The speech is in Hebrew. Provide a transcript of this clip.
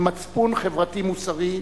הם מצפן חברתי-מוסרי,